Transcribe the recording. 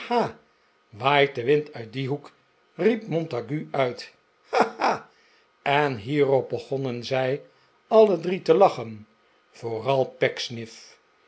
waait de wind uit dien hoek riep montague uit ha ha ha en hierop begonnen zij alle drie te lachen vooral